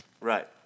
right